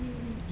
mm mm